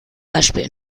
beispiel